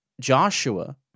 Joshua